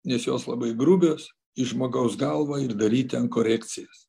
nes jos labai grubios į žmogaus galvą ir daryt ten korekcijas